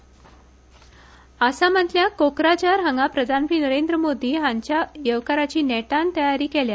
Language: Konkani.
पीएम कोकराझार आसामातल्या कोकराझार हांगा प्रधानमंत्री नरेंद्र मोदी हांच्या येवकाराची नेटान तयारी केल्या